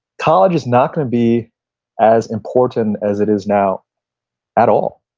college is not going to be as important as it is now at all.